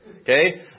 okay